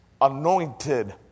anointed